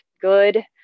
good